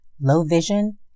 low-vision